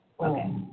Okay